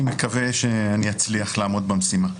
אני מקווה שאני אצליח לעמוד במשימה.